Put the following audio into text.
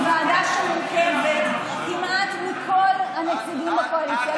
ועדת הקנביס היא ועדה שמורכבת כמעט מכל הנציגים בקואליציה.